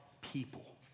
people